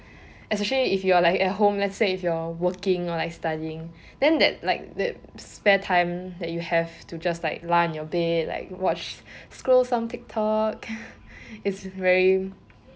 especially if you are like at home let's say if you are working or like studying then that like that spare time that you have to just like lie on your bed like watch scroll some tiktok it's very